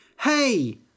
Hey